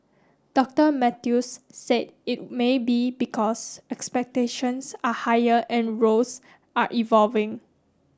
Doctor Mathews said it may be because expectations are higher and roles are evolving